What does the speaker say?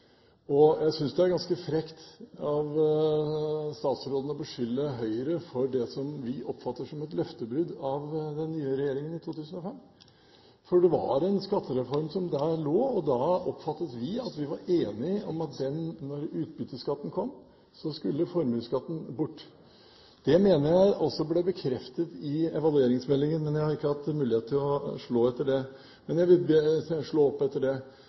Fremskrittspartiet. Jeg synes det er ganske frekt av statsråden å beskylde Høyre for det som vi oppfatter som et løftebrudd av den nye regjeringen i 2005. Det var en skattereform som lå der, og vi oppfattet at vi var enige om at når den utbytteskatten kom, skulle formuesskatten bort. Det mener jeg også ble bekreftet i evalueringsmeldingen. Jeg har ikke hatt mulighet til å slå opp og finne ut av det, men jeg vil be om at statsråden bekrefter: Var det en avtale, der man avveide innføring av utbytteskatt opp